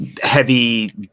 heavy